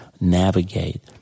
navigate